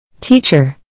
Teacher